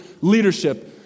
leadership